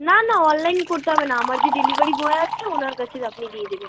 না না অনলাইন করতে হবে না আমার যে ডেলিভারি বয় আছে ওঁর কাছে আপনি দিয়ে দেবেন